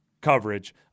coverage